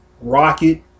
Rocket